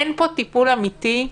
אין פה טיפול אמיתי.